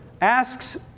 asks